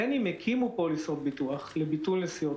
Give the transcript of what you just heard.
בין אם הקימו פוליסות ביטוח לביטול נסיעות